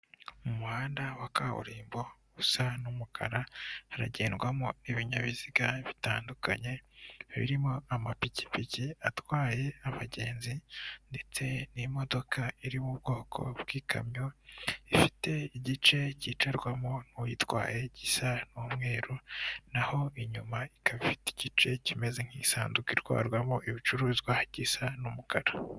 Mu muhanda wa kaburimbo usa n'umukara haragendwamo ibinyabiziga bitandukanye birimo amapikipiki atwaye abagenzi ndetse n'imodoka iri mu bwoko bw'ikamyo ifite igice kicarwamo n'uyitwaye gisa n'umweru, naho inyuma ikaba ifite igice kimeze nk'isanduku itwarwamo ibicuruzwa gisa n'umukara.